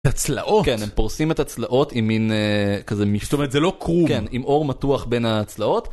הצלעות כן הם פורסים את הצלעות עם מין כזה מישהו זאת אומרת זה לא כרוב עם עור מתוח בין הצלעות